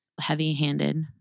heavy-handed